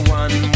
one